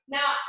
Now